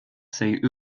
sig